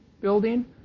building